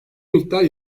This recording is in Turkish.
miktar